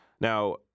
Now